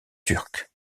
turcs